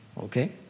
Okay